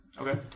Okay